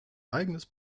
eigenes